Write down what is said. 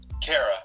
Kara